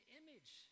image